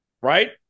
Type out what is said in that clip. Right